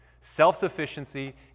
Self-sufficiency